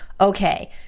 okay